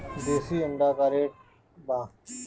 देशी अंडा का रेट बा?